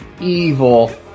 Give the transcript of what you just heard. evil